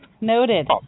Noted